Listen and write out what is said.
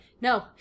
No